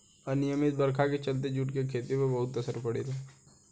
अनिमयित बरखा के चलते जूट के खेती पर बहुत असर पड़ेला